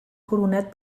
coronat